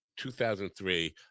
2003